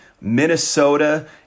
Minnesota